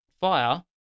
fire